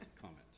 comment